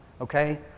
Okay